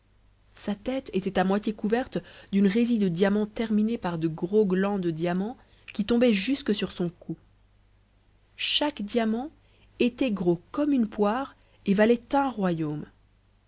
sa tête était à moitié couverte d'une résille de diamants terminée par de gros glands de diamants qui tombaient jusque sur son cou chaque diamant était gros comme une poire et valait un royaume